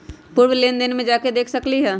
पूर्व लेन देन में जाके देखसकली ह?